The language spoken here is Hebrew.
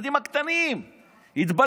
הילדים הקטנים התבלבלו,